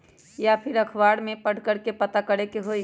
या फिर अखबार में पढ़कर के पता करे के होई?